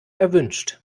erwünscht